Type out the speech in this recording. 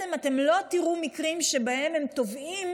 אתם לא תראו מקרים שבהם הם תובעים